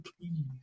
please